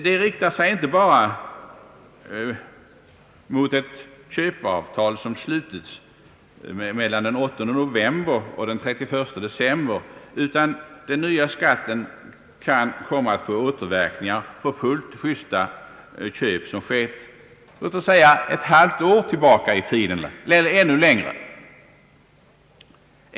De riktar sig inte bara mot ett köpeavtal som slutits under tiden 8 november—31 december, utan den nya skatten kan komma att få återverkningar på fullt justa köp, som skett ett halvår eller ännu längre tillbaka i tiden.